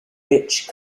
rich